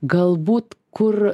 galbūt kur